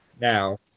Now